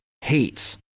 hates